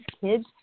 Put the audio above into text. kids